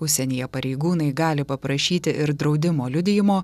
užsienyje pareigūnai gali paprašyti ir draudimo liudijimo